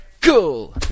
cool